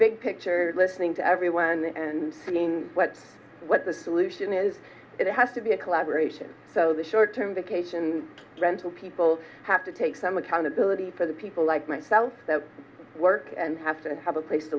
big picture listening to everyone and seeing what what the solution is it has to be a collaboration so the short term vacation rental people have to take some accountability for the people like myself that work and have to have a place to